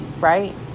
right